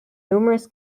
numerous